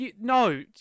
No